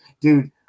dude